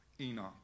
Enoch